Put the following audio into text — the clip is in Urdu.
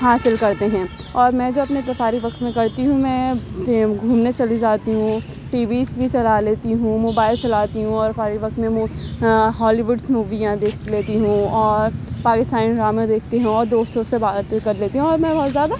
حاصل کرتے ہیں اور میں جو اپنے فارغ وقت میں کرتی ہوں میں گھومنے چلی جاتی ہوں ٹی ویز بھی چلا لیتی ہوں موبائل چلاتی ہوں اور فارغ وقت میں میں ہالی ووڈس موویاں دیکھ لیتی ہوں اور پاکستانی ڈرامے دیکھتی ہوں اور دوستوں سے باتیں کر لیتی ہوں اور میں بہت زیادہ